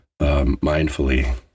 mindfully